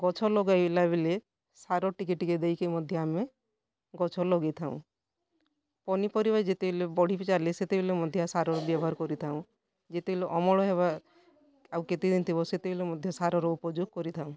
ଗଛ ଲଗାଇଲା ବେଲେ ସାର ଟିକେ ଟିକେ ଦେଇକି ମଧ୍ୟ ଆମେ ଗଛ ଲଗେଇଥାଉ ପନିପରିବା ଯେତବେଲେ ବଢ଼ିଚାଲେ ସେତବେଳେ ମଧ୍ୟ ସାରର ବ୍ୟବହାର ମଧ୍ୟ କରିଥାଉ ଯେତିକି ଅମଳ ହେବା ଆଉ କେତେ ଦିନ ଥିବ ସେତେବେଳେ ସାରର ଉପଯୋଗ କରିଥାଉ